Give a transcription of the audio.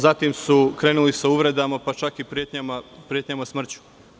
Zatim su krenuli sa uvredama, pa čak i pretnjama smrću.